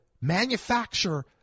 manufacture